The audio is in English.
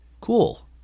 Cool